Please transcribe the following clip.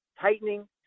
tightening